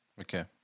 Okay